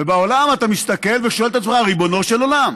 ובעולם אתה מסתכל ושואל את עצמך, ריבונו של עולם.